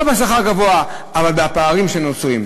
לא בשכר הגבוה אבל בפערים שנוצרים.